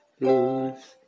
lose